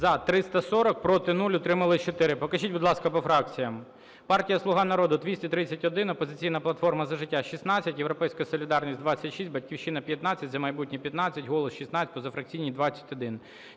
За-340 Проти – 0, утримались 4. Покажіть, будь ласка, по фракціям. Партія "Слуга Народу" – 231, "Опозиційна платформа – За життя" – 16, "Європейська солідарність" – 26, "Батьківщина" – 15, "За майбутнє" – 15, "Голос" – 16, позафракційні – 21.